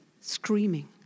screaming